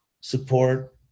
support